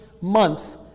month